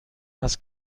است